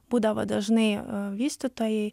būdavo dažnai vystytojai